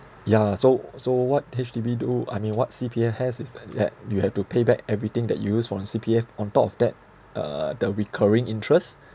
yeah so so what H_D_B do I mean what C_P_F has is like that you have to pay back everything that you use from the C_P_F on top of that uh the recurring interest